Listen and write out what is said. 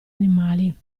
animali